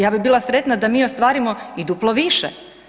Ja bi bila sretna da mi ostvarimo i duplo više.